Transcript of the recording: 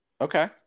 Okay